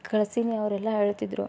ಕಳ್ಸೀನಿ ಅವರೆಲ್ಲ ಹೇಳ್ತಿದ್ರು